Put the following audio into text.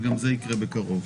וגם זה יקרה בקרוב.